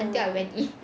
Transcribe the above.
until I went in